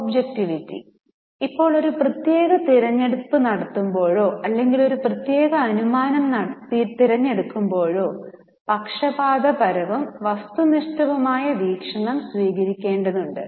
objectivity ഇപ്പോൾ ഒരു പ്രത്യേക തിരഞ്ഞെടുപ്പ് നടത്തുമ്പോഴോ അല്ലെങ്കിൽ ഒരു പ്രത്യേക അനുമാനം തിരഞ്ഞെടുക്കുമ്പോഴോ പക്ഷപാതപരവും വസ്തുനിഷ്ഠവുമായ വീക്ഷണം സ്വീകരിക്കേണ്ടതുണ്ട്